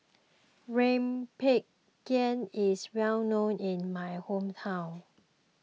Rempeyek is well known in my hometown